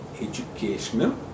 educational